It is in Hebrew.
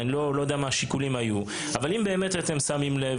אני לא יודע מה השיקולים היו אבל אם באמת שמתם לב